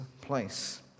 place